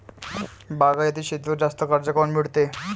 बागायती शेतीवर जास्त कर्ज काऊन मिळते?